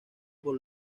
por